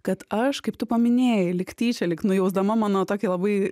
kad aš kaip tu paminėjai lyg tyčia lyg nujausdama mano tokią labai